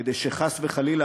כדי שחס וחלילה,